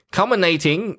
Culminating